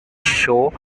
show